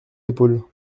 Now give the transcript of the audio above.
épaules